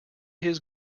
his